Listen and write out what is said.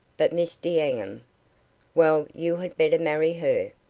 but miss d'enghien well, you had better marry her.